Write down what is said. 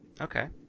Okay